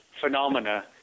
phenomena